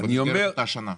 זה לאותה שנה.